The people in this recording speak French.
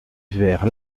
vers